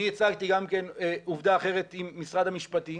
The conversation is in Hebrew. אני הצגתי גם כן עובדה אחרת עם משרד המשפטים,